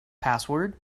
password